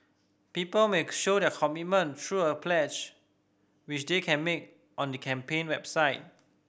people may show their commitment through a pledge which they can make on the campaign website